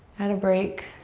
at a break.